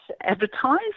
advertise